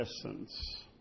essence